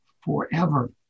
forever